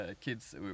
kids